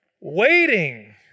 Waiting